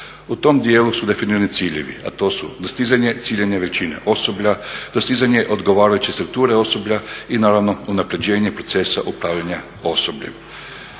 U tom dijelu su definirani ciljevi, a to su dostizanje ciljeva većine osoblja, dostizanje odgovarajuće strukture osoblja i naravno unapređenje procesa upravljanja osobljem.